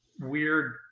weird